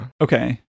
Okay